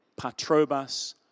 Patrobas